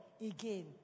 again